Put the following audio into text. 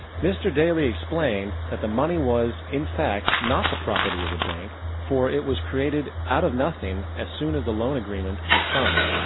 mr. daly explained that the money was, in fact, not the property of the bank. for it was created out of nothing as soon as the loan agreement was signed.